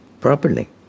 properly